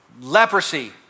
leprosy